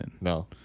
No